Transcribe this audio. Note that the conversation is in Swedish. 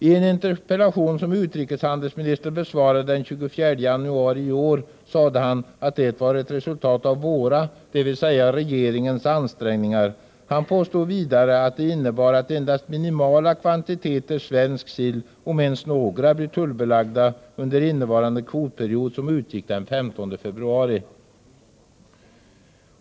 I ett interpellationssvar den 24 januari i år sade utrikeshandelsministern att det var ett resultat av våra, dvs. regeringens, ansträngningar. Han påstod vidare att det innebar att endast minimala kvantiteter svensk sill, om ens några, blir tullbelagda under innevarande kvotperiod — som utgick den 15 februari.